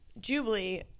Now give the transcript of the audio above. Jubilee